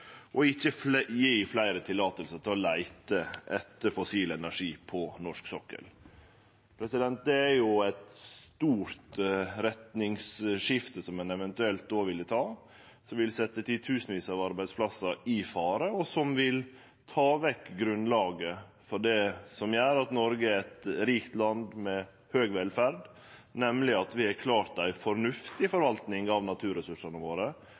ikkje å gje fleire tillatingar til å leite etter fossil energi på norsk sokkel. Det er eit stort retningsskifte ein eventuelt då ville ta, som vil setje titusenvis av arbeidsplassar i fare, og som vil ta vekk grunnlaget for det som gjer at Noreg er eit rikt land med høg velferd, nemleg at vi har klart å få ei fornuftig forvalting av naturressursane våre,